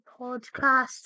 Podcast